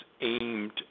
aimed